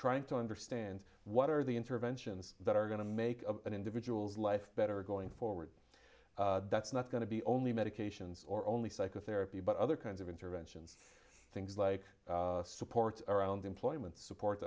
trying to understand what are the interventions that are going to make an individual's life better going forward that's not going to be only medications or only psychotherapy but other kinds of interventions things like support around employment support